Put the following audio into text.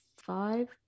five